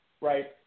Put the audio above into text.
right